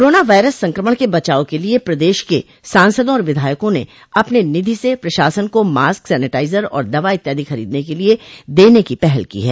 corona virus संक्रमण से बचाव के लिये प्रदेश के सांसदों और विधायकों ने अपने निधि से प्रशासन को मॉस्क सैनेटाइजर और दवा इत्यादि खरीदने के लिये देने की पहल की है